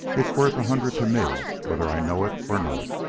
it's worth a hundred to me whether i know it or not.